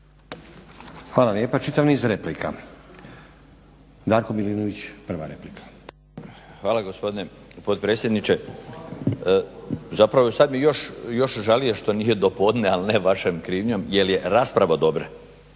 Hvala lijepa. Čitav niz replika. Darko Milinović, prva replika. **Milinović, Darko (HDZ)** Hvala lijepa gospodine potpredsjedniče. Zapravo sad bih još žalije što nije do podne al ne vašom krivnjom jer je rasprava dobra.